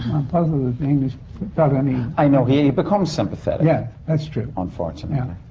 puzzled that the english felt any. i know. he and he becomes sympathetic. yeah, that's true. unfortunately. and